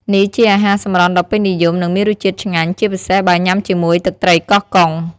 នេះជាអាហារសម្រន់ដ៏ពេញនិយម និងមានរសជាតិឆ្ងាញ់ ជាពិសេសបើញុាំជាមួយទឹកត្រីកោះកុង។